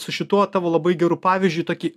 su šituo tavo labai geru pavyzdžiui tokį